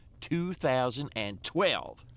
2012